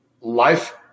life